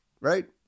right